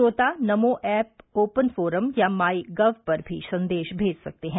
श्रोता Namo app open forum या MyGov पर भी संदेश भेज सकते हैं